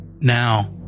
Now